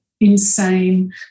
insane